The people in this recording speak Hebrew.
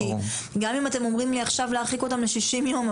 כי גם אם אתם אומרים לי עכשיו להרחיק אותם לששים יום,